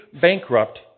bankrupt